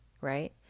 right